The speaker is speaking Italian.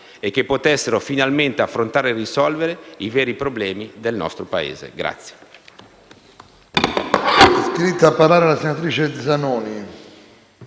che potessero finalmente affrontare e risolvere i veri problemi del nostro Paese.